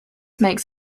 makes